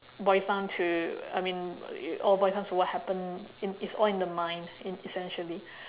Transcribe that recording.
boils down to I mean it all boils down to what happen in it's all in the mind in essentially